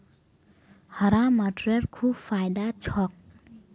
हरा मटरेर खूब फायदा छोक